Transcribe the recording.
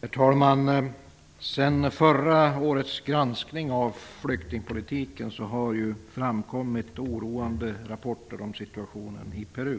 Herr talman! Sedan förra årets granskning av flyktingpolitiken har det framkommit oroande rapporter om situationen i Peru.